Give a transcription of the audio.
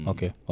Okay